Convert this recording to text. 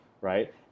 right